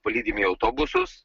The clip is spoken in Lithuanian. palydimi į autobusus